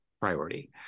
priority